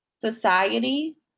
Society